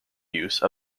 use